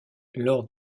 lors